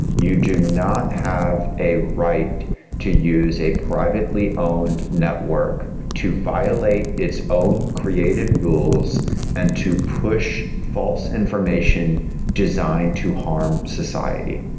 you do not have a right to use a privately-owned network to violate its own created rules and to push false information designed to harm society.